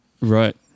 Right